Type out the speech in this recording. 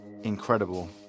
incredible